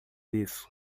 disso